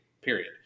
period